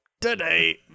Today